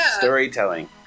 storytelling